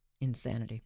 insanity